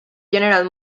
general